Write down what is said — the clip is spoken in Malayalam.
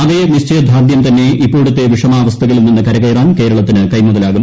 അതേ നിശ്ചയദാർഢ്യം തന്നെ ഇപ്പോഴത്തെ വിഷമാവസ്ഥകളിൽ നിന്ന് കരകയറാൻ കേരളത്തിന് കൈമുതലാകും